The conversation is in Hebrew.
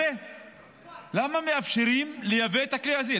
למה מאפשרים לייבא את הכלי הזה?